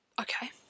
okay